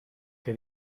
que